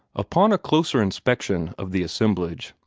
upon a closer inspection of the assemblage,